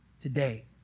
today